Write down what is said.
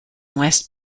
west